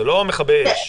זה לא כיבוי אש.